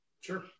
Sure